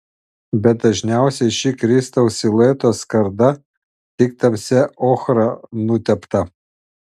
bet dažniausiai ši kristaus silueto skarda tik tamsia ochra nutepta